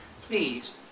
Please